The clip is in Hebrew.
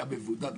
היה מבודד,